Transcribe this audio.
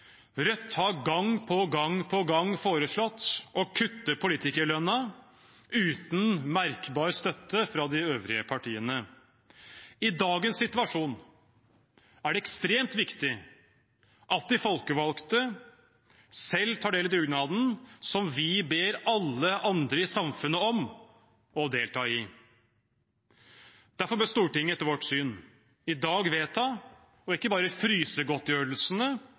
Rødt har gang på gang på gang foreslått å kutte politikerlønnen uten merkbar støtte fra de øvrige partiene. I dagens situasjon er det ekstremt viktig at de folkevalgte selv tar del i dugnaden som vi ber alle andre i samfunnet om å delta i. Derfor bør Stortinget etter vårt syn i dag vedta ikke bare